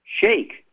shake